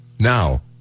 Now